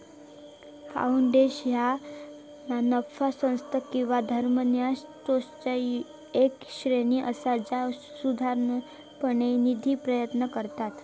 foundation ह्या ना नफा संस्था किंवा धर्मादाय ट्रस्टचो येक श्रेणी असा जा सर्वोसाधारणपणे निधी प्रदान करता